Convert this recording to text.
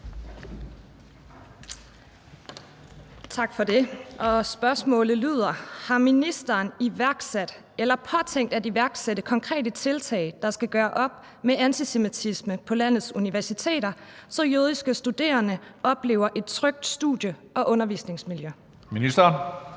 Tak for det. Spørgsmålet lyder: Har ministeren iværksat eller påtænkt at iværksætte konkrete tiltag, der skal gøre op med antisemitisme på landets universiteter, så jødiske studerende oplever et trygt studie- og undervisningsmiljø? Kl.